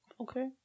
Okay